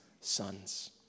sons